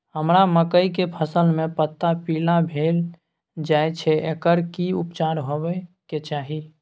हमरा मकई के फसल में पता पीला भेल जाय छै एकर की उपचार होबय के चाही?